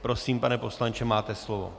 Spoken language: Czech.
Prosím, pane poslanče, máte slovo.